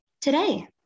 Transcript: today